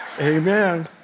Amen